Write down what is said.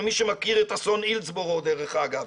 למי שמכיר את אסון הילסבורו דרך אגב,